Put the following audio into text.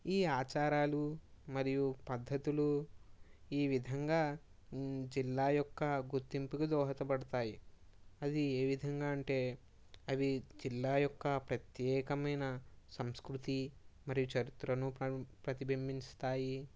ఈ ఆచారాలు మరియు పద్ధతులు ఈ విధంగా జిల్లా యొక్క గుర్తింపుకి దోహదపడతాయి అది ఏ విధంగా అంటే అవి జిల్లా యొక్క ప్రత్యేకమైన సంస్కృతి మరియు చరిత్రను ప్రతిబింబిస్తాయి